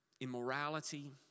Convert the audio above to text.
immorality